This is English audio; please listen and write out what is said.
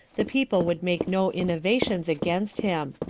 the people would make no innovations against him.